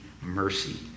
mercy